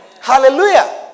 hallelujah